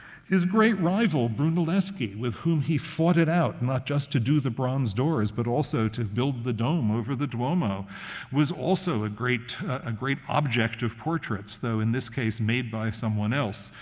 his great rival, brunelleschi, with whom he fought it out not just to do the bronze doors, but also to build the dome over the duomo was also ah a ah great object of portraits, though, in this case, made by someone else.